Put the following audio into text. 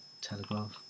Telegraph